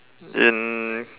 in